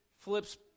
flips